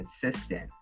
consistent